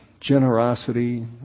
generosity